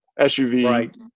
SUV